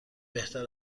بهتر